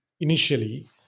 initially